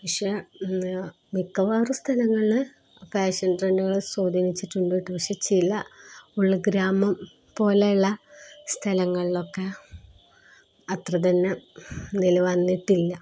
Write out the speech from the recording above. പക്ഷേ മിക്കവാറും സ്ഥലങ്ങളില് ഫാഷൻ ട്രെൻഡുകളെ സ്വാധീനിച്ചിട്ടുണ്ട് പക്ഷെ ചില ഉള്ഗ്രാമം പോലെയുള്ള സ്ഥലങ്ങളിലൊക്കെ അത്ര തന്നെ നില വന്നിട്ടില്ല